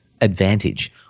advantage